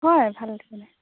হয় ভাল একো নাই